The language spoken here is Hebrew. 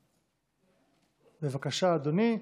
בבקשה, אדוני.